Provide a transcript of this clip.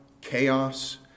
chaos